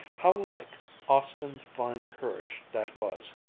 how like austin's fine courage that was,